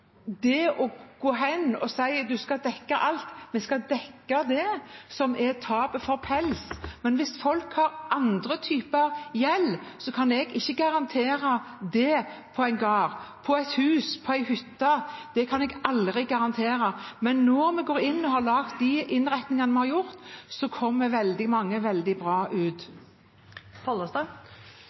det å gå hen og si en skal dekke alt – det kan vi aldri garantere. Vi skal dekke det som er tapet for pelsdyr, men hvis folk har andre typer gjeld – på en gard, på et hus, på en hytte – kan jeg ikke garantere det. Men når vi har gått inn og laget de innretningene vi har gjort, kommer veldig mange veldig bra ut.